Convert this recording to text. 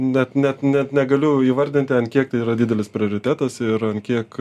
net net net negaliu įvardinti ant kiek tai yra didelis prioritetas ir ant kiek